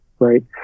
right